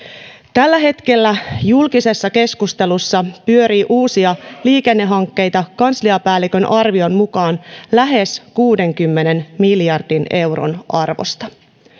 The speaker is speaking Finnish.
tällä hetkellä julkisessa keskustelussa pyörii uusia liikennehankkeita kansliapäällikön arvion mukaan lähes kuudenkymmenen miljardin euron arvosta